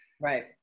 Right